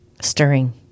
stirring